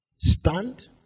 Stand